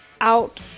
out